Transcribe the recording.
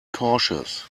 cautious